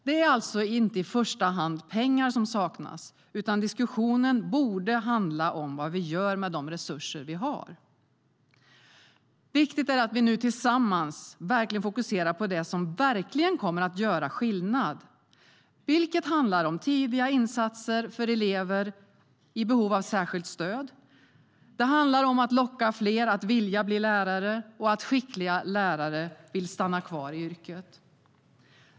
Det är alltså inte i första hand pengar som saknas, utan diskussionen borde handla om vad vi gör med de resurser vi har. Viktigt är att vi nu tillsammans fokuserar på det som verkligen kommer att göra skillnad, vilket handlar om tidiga insatser för elever i behov av särskilt stöd. Det handlar om att locka fler att vilja bli lärare och att skickliga lärare vill stanna kvar i yrket.